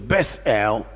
Bethel